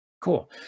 Cool